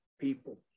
people